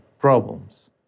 problems